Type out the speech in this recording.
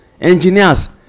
engineers